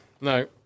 no